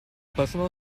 personal